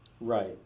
right